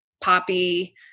poppy